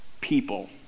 people